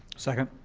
second.